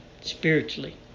spiritually